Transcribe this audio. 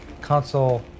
console